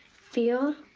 feel,